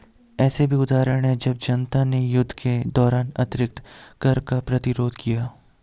ऐसे भी उदाहरण हैं जब जनता ने युद्ध के दौरान अतिरिक्त कर का प्रतिरोध किया